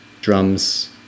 drums